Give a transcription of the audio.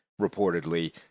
reportedly